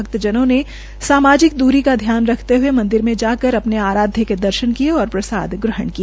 भक्तजनों ने समाजिक दुरी का ध्यान रखते हये मंदिर में जाकर अपने अराध्य के दर्शन किये और प्रसाद ग्रहण किया